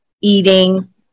eating